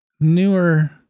Newer